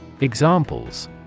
Examples